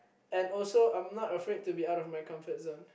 and also I'm not afraid to be out of my comfort zone